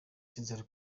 cy’inzara